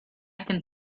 can